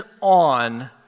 on